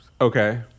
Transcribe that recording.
Okay